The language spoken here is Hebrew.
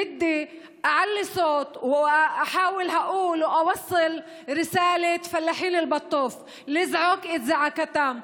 את השרפות שהתרחשו ואת מטעי הזיתים שנשרפו ועד עכשיו אין פיצוי בגינם.